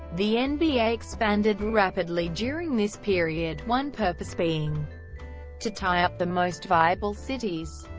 the and nba expanded rapidly during this period, one purpose being to tie up the most viable cities.